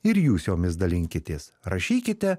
ir jūs jomis dalinkitės rašykite